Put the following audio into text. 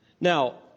Now